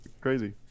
Crazy